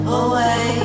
away